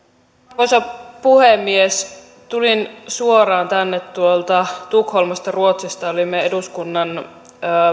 arvoisa puhemies tulin suoraan tänne tuolta tukholmasta ruotsista olimme eduskunnan